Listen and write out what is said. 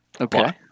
Okay